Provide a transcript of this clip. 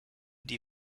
die